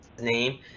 name